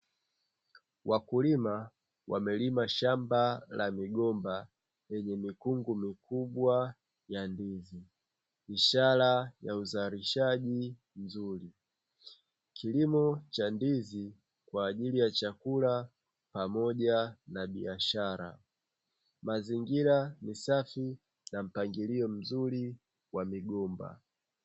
Wakulima wamelima shamba la migomba lenye mikungu mikubwa ya ndizi, ishara ya uzalishaji mzuri, kilimo cha ndizi kwa ajili ya chakula pamoja na biashara, mazingira ni safi na mpangilio mzuri wa migomba.